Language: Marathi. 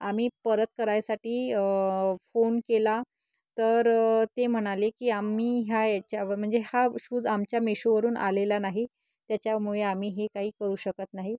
आम्ही परत करायसाठी फोन केला तर ते म्हणाले की आम्ही ह्या याच्यावर म्हणजे हा शूज आमच्या मेशोवरून आलेला नाही त्याच्यामुळे आम्ही हे काही करू शकत नाही